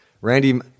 Randy